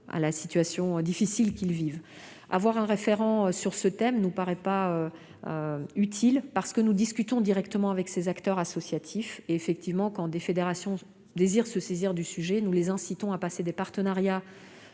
à la situation difficile qu'elles vivent. Avoir un référent sur ce thème ne nous paraît pas utile, dans la mesure où nous discutons directement avec les acteurs associatifs. Ainsi, quand des fédérations désirent se saisir du sujet, nous les incitons à passer des partenariats